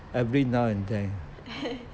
every now and then